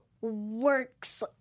works